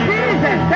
Jesus